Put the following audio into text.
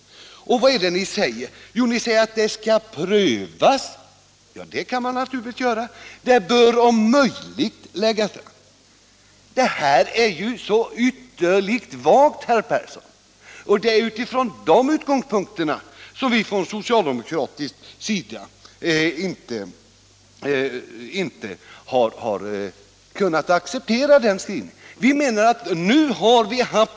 Vad är det ni säger? Jo, ni säger att saken skall prövas. Ja, det kan man naturligtvis göra. Ni säger att medlen om möjligt skall läggas över, osv. Det är så ytterligt vagt, herr Persson. Det är därför vi socialdemokrater inte kan acceptera er skrivning.